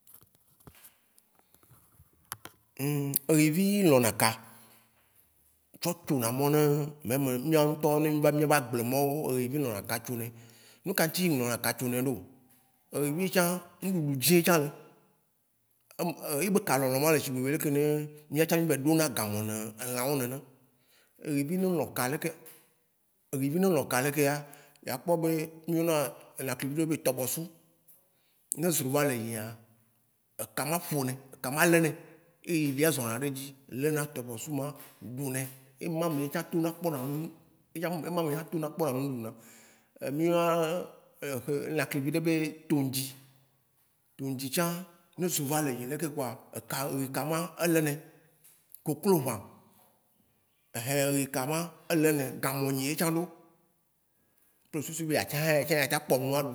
eyevi lɔ̃na ka tsɔ tsona mɔ ne le eme, mia ŋ'tɔwo ne mi va mía be agblemɔwo, eyevi lɔna ka tsonɛ. Nuka ŋ'tsi be lɔ̃na ka tsonɛ ɖo? eyevi tsã, nuɖuɖu dzi etsã le. Ye be kalɔ̃lɔ̃ ma, ele shigbe ɖeke miatsã mi va yi ɖona gamɔ̃ ne elãwo nene. Eyevi ne elɔ̃ka leke eyevi ne elɔ̃ka ɖekea, a kpɔ be, o yɔna lãklivio be tɔbɔsu, ne ezro va le yia, eka ma ƒone, eka ma lene ye, yevia zɔna ɖe dzi, lena tɔbɔsu ma ɖunɛ. Ema me etsã tona kpɔna nu, ema me etsã tona kpɔna nu ɖuna. Mi wɔna exe lãklivi ɖe be todzi. Toŋdzi tsã, ne ezo va le yi ɖeke kpoa, ɛhĩ eka ekama e lene. Kokloʋã eyikama e lene. Gamɔ̃ e nyi etsã ɖo kple susu be ya teŋ yetsã ya kpɔ nu a ɖu.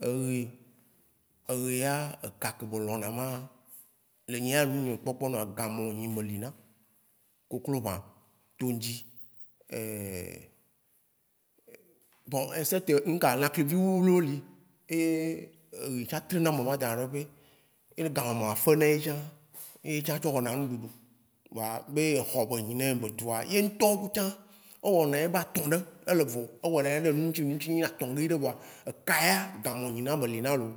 Eye, eye ya, eka ke be lɔ̃na ma, le nyeya nu nye Kpɔkpɔnua, gamɔ̃ e nyi be lina. Kokloʋã todzi, bon eset lãklivi wliwliwo li ye, eyi tsã trena mɔ̃ nawɔ danaɖe be, ne gamɔ̃ ma fe na ye tsã, eye etsã tsɔ wɔna nuɖuɖu. Vɔa, me exɔ be nyine etsua, ye n'tɔ tsã, e wɔna ye be atɔ̃ ɖe ele vo. E wɔna ye ɖe nuŋtsi nuŋtsi e nyi atɔ̃ viɖe vɔa, eka ya, gamɔ̃ e nyina be lina lo.